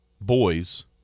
boys